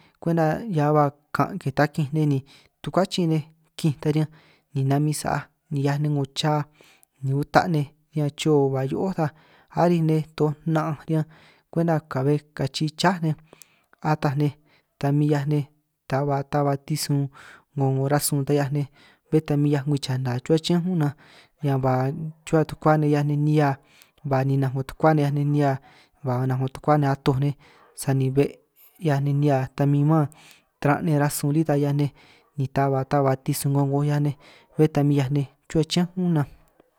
Kwenta hiaj ba kan' ke takinj nej ni tukuachin nej kin ta riñanj ni namin sa'aj ni 'hiaj nej 'ngo cha ni uta nej riñan chio ba hio'ó ta, aríj nej toj na'anj riñanj kwenta ka'be kachí chá nej, ataj nej ta min 'hiaj nej ta ba ta ba tisun 'ngo 'ngo rasun ta 'hiaj nej, bé ta min 'hiaj ngwii chana chuhua chiñánj únj na ñan ba chuhua tukua nej 'hiaj nej nihia, ba ninanj 'ngo tukuá nej 'hiaj nej nihia, ba ninanj 'ngo tukuá nej atoj nej, sani be' 'hiaj nej nihia ta mán taran' nej rasun lí ta 'hiaj nej, ni ta ba ta ba tisun 'ngo 'ngoj 'hiaj nej bé ta min 'hiaj nej chuhua chiñán únj nan.